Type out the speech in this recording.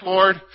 Lord